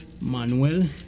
Manuel